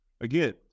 again